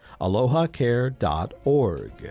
AlohaCare.org